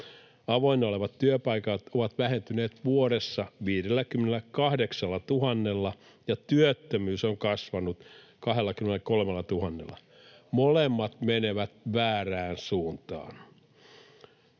Avoinna olevat työpaikat ovat vähentyneet vuodessa 58 000:lla, ja työttömyys on kasvanut 23 000:lla. Molemmat menevät väärään suuntaan.